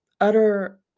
utter